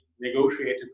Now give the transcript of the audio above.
negotiated